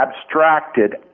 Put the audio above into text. abstracted